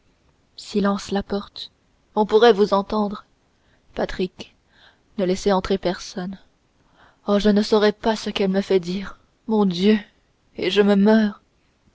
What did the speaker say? silence la porte on pourrait vous entendre patrick ne laissez entrer personne oh je ne saurai pas ce qu'elle me fait dire mon dieu je me meurs